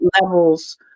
levels